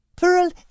Pearl